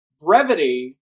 brevity